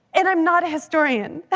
and i'm not a historian.